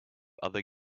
other